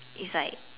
is like